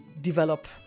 develop